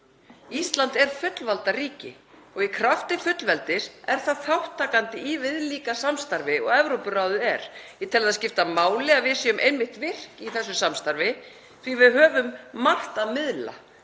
Ísland er fullvalda ríki og í krafti fullveldis er það þátttakandi í viðlíka samstarfi og Evrópuráðið er. Ég tel það skipta máli að við séum einmitt virk í þessu samstarfi því við höfum mörgu að miðla.